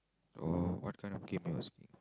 oh what kind of game you asking me